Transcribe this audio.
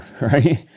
right